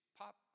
pop